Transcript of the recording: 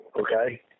okay